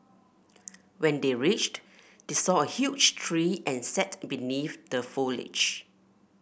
when they reached they saw a huge tree and sat beneath the foliage